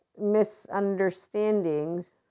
misunderstandings